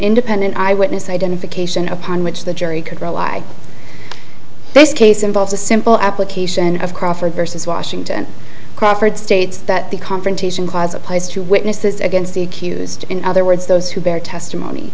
independent eyewitness identification upon which the jury could rely this case involves a simple application of crawford versus washington crawford states that the confrontation clause applies to witnesses against the accused in other words those who bear testimony